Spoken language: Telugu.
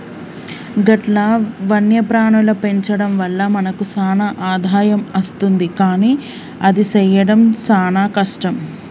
గట్ల వన్యప్రాణుల పెంచడం వల్ల మనకు సాన ఆదాయం అస్తుంది కానీ అది సెయ్యడం సాన కష్టం